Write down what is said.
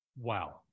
wow